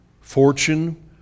fortune